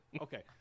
okay